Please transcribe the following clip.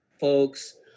folks